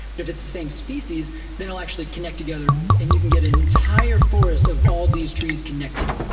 but if it's the same species then they'll actually connect together and you can get an entire forest of all these trees connected.